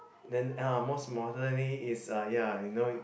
then uh most importantly is uh ya you know